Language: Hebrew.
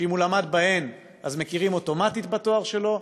שאם הוא למד בהם מכירים אוטומטית בתואר שלו,